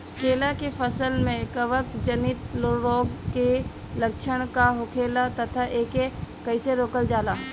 केला के फसल में कवक जनित रोग के लक्षण का होखेला तथा एके कइसे रोकल जाला?